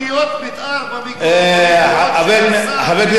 חבר הכנסת אגבאריה,